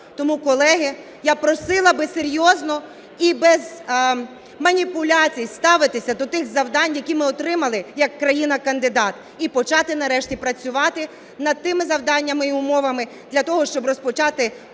Тому, колеги, я просила би серйозно і без маніпуляцій ставитися до тих завдань, які ми отримали як країна-кандидат, і почати нарешті працювати над тими завданнями і умовами для того, щоб розпочати перемовини